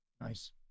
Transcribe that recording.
Nice